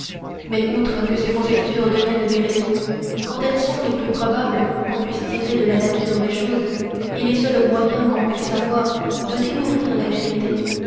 mais outre que ces conjectures deviennent des raisons quand elles sont les plus probables qu'on puisse tirer de la nature des choses et les seuls moyens qu'on puisse avoir de découvrir la vérité